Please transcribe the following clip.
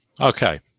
okay